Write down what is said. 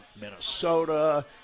Minnesota